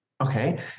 Okay